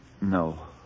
No